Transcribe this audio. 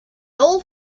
old